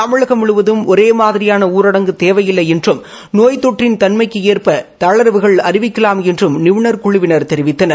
தமிழகம் முழுவதும் ஒரே மாதிரியாள ஊரடங்கு தேவையில்லை என்றம் நோய் தொற்றின் தன்மைக்கு ஏற்ப தளர்வுகள் அறிவிக்கலாம் என்றும் நிபுணர் குழுவினர் தெரிவித்தனர்